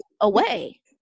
away